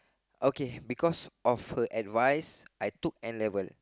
okay because of her advice I took N-level